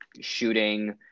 shooting